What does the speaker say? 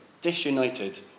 disunited